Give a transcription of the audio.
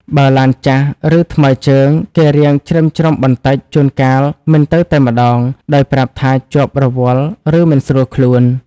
បើឡានចាស់ឬថ្មើរជើងគេរាងច្រិមច្រុមបន្តិចជួនកាលមិនទៅតែម្ដងដោយប្រាប់ថាជាប់រវល់ឬមិនស្រួលខ្លួន ។